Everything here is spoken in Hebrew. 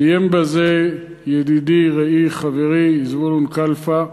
סיים בזה ידידי, רעי, חברי, זבולון קלפה,